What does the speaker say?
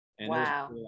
Wow